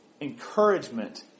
encouragement